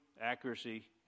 accuracy